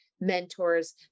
mentors